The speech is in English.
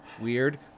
Weird